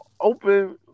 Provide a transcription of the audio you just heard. open